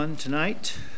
tonight